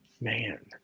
man